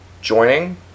joining